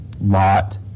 lot